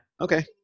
Okay